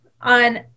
on